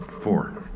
Four